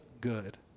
good